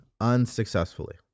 unsuccessfully